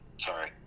Sorry